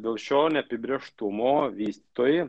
dėl šio neapibrėžtumo vystytojai